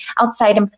outside